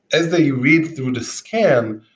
as they read through the scan,